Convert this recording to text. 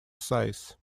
size